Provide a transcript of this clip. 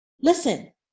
listen